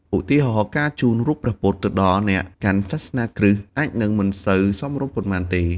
ឧទាហរណ៍ ការជូនរូបព្រះពុទ្ធដល់អ្នកកាន់សាសនាគ្រិស្ត អាចនឹងមិនសូវសមរម្យប៉ុន្មានទេ។